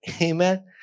Amen